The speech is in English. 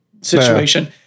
situation